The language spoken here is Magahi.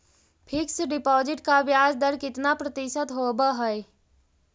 फिक्स डिपॉजिट का ब्याज दर कितना प्रतिशत होब है?